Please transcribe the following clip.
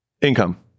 Income